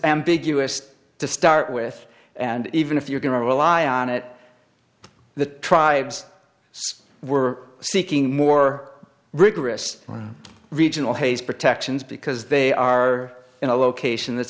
ambiguous to start with and even if you're going to rely on it the tribes were seeking more rigorous regional haze protections because they are in a location that's